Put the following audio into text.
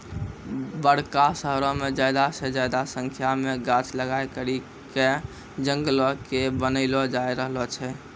बड़का शहरो मे ज्यादा से ज्यादा संख्या मे गाछ लगाय करि के जंगलो के बनैलो जाय रहलो छै